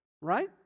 right